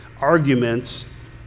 arguments